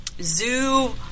zoo